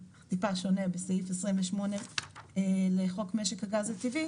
אך טיפה שונה בסעיף 28 לחוק משק הגז הטבעי